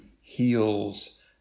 heals